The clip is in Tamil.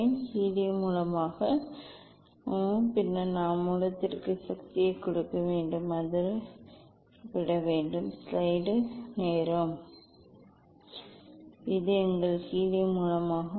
இது ஹீலியம் மூலமாகும் பின்னர் நாம் மூலத்திற்கு சக்தியைக் கொடுக்க வேண்டும் அது அகற்றப்படும் இது எங்கள் ஹீலியம் மூலமாகும்